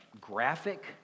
graphic